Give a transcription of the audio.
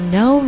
no